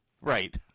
Right